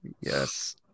Yes